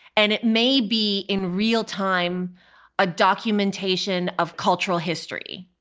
and it may be in real time a documentation of cultural history.